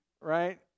right